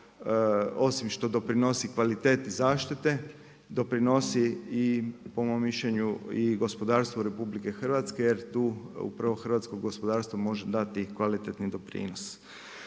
osim što doprinosi kvaliteti zaštiti doprinosi i po mom mišljenje i gospodarstvu RH jer tu upravo hrvatsko gospodarstvo može dati i kvalitetni doprinos.